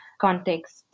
context